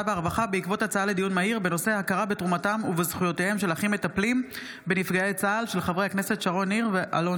והרווחה בעקבות דיון מהיר בהצעתם של חברי הכנסת שרון ניר ואלון